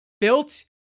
built